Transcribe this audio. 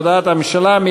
על הודעת הממשלה.